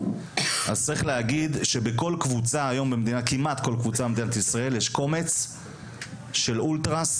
אז צריך להגיד שכמעט בכל קבוצה במדינת ישראל יש קומץ של אולטרס